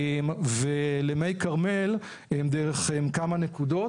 ולמי כרמל הם דרך כמה נקודות,